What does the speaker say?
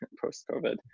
post-COVID